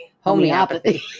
Homeopathy